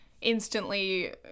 instantly